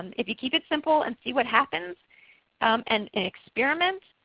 if you keep it simple and see what happens and experiment,